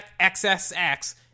XSX